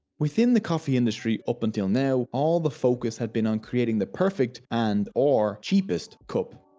within the coffee industry up until now all the focus had been on creating the perfect and or cheapest cup.